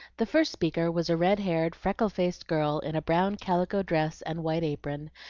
the first speaker was a red-haired, freckle-faced girl, in a brown calico dress and white apron,